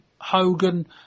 Hogan